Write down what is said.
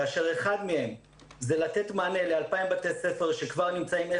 כאשר אחד מהם זה לתת מענה ל-2,000 בתי ספר שכבר נמצאים,